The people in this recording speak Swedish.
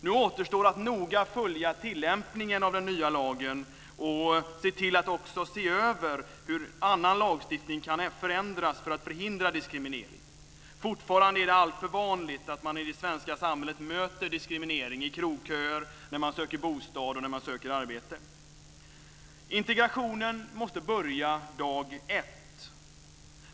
Nu återstår att noga följa tillämpningen av den nya lagen och att också se över hur annan lagstiftning kan förändras för att förhindra diskriminering. Fortfarande är det alltför vanligt att man i det svenska samhället möter diskriminering i krogköer, när man söker bostad och när man söker arbete. Integrationen måste börja dag 1.